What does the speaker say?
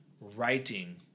writing